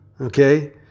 okay